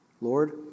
Lord